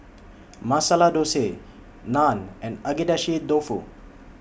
Masala Dosa Naan and Agedashi Dofu